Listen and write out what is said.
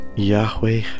Yahweh